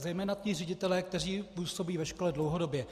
A zejména ti ředitelé, kteří působí ve škole dlouhodobě.